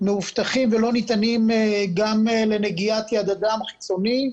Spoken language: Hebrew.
מאובטחים ולא ניתנים גם לנגיעת יד אדם חיצוני,